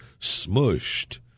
smushed